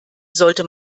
sollte